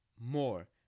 more